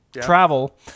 travel